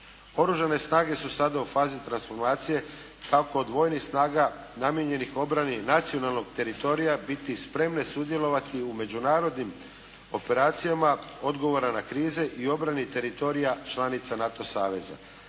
Oružane snage su sada u fazi transformacije kako od vojnih snaga namijenjenih obrani nacionalnog teritorija, biti spremne sudjelovati u međunarodnim operacijama odgovora na krize i obrani teritorija članica NATO saveza.